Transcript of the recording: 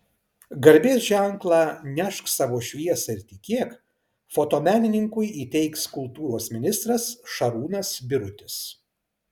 garbės ženklą nešk savo šviesą ir tikėk fotomenininkui įteiks kultūros ministras šarūnas birutis